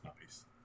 nice